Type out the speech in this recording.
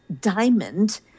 diamond